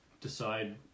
decide